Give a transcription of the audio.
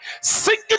singing